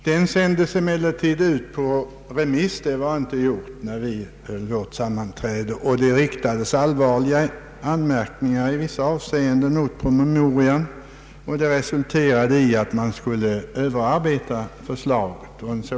Promemorian sändes ut på remiss — det var inte gjort när vi höll vårt sammanträde — och det riktades allvarliga anmärkningar i vissa avseenden mot promemorian, vilket resulterade i ett beslut att förslaget skulle överarbetas.